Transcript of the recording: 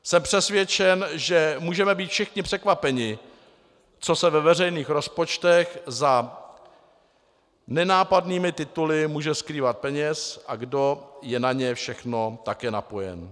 Jsem přesvědčen, že můžeme být všichni překvapeni, co se ve veřejných rozpočtech za nenápadnými tituly může skrývat peněz a kdo je na ně všechno také napojen.